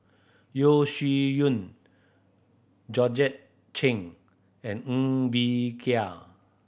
Yeo Shih Yun Georgette Chen and Ng Bee Kia